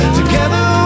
together